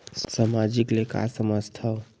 सामाजिक ले का समझ थाव?